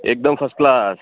એકદમ first class